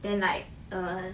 then like err